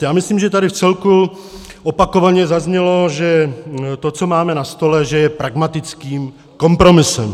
Já myslím, že tady vcelku opakovaně zaznělo, že to, co máme na stole, je pragmatickým kompromisem.